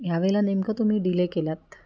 ह्यावेळेला नेमकं तुम्ही डिले केलात